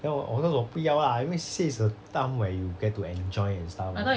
then 我 of course 我不要啦 I mean C_C_A is a time where you get to enjoy and stuff